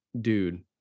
Dude